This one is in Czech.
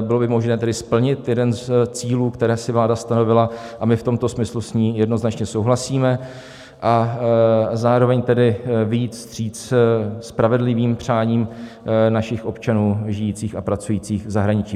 bylo by možné tedy splnit jeden z cílů, které si vláda stanovila, a my v tomto smyslu s ní jednoznačně souhlasíme, a zároveň vyjít vstříc spravedlivým přáním našich občanů žijících a pracujících v zahraničí.